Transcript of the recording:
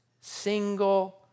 single